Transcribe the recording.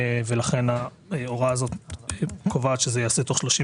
ולכן ההוראה הזאת קובעת שזה ייעשה תוך שלושים